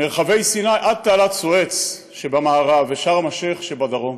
מרחבי סיני עד תעלת סואץ שבמערב ושארם א־שיח' שבדרום.